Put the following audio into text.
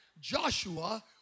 Joshua